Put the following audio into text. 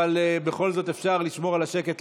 אבל בכל זאת אפשר לשמור על השקט.